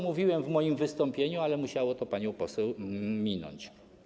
Mówiłem o tym w moim wystąpieniu, ale musiała to pani poseł minąć.